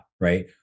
right